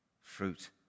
fruit